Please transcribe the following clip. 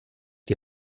die